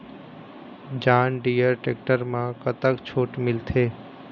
John Deere tractor म कतक छूट मिलथे?